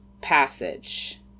passage